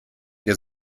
der